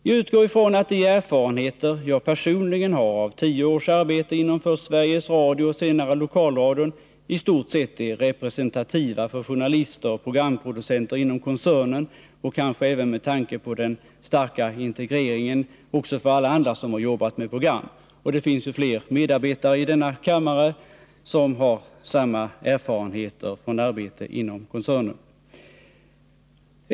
Jag utgår ifrån att de erfarenheter jag personligen har av tio års arbete inom först Sveriges Radio och senare lokalradion i stort sett är representativa för journalister och programproducenter inom koncernen och med tanke på den starka integreringen kanske också för alla andra som jobbat med program — det finns fler medarbetare i denna kammare som har samma erfarenheter från arbete inom koncernen.